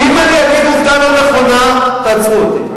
אם אני אגיד עובדה לא נכונה, תעצרו אותי.